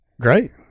Great